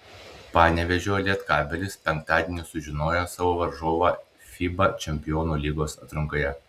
panevėžio lietkabelis penktadienį sužinojo savo varžovą fiba čempionų lygos atrankoje